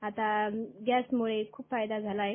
आता गॅस मूळे खूप फायदा झाला आहे